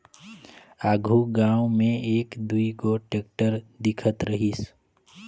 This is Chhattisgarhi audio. आघु गाँव मे एक दुई गोट टेक्टर दिखत रहिस